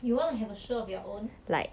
you want to have a show of your own